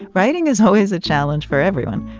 writing is always a challenge for everyone.